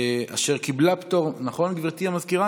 אשר קיבלה פטור, נכון, גברתי המזכירה?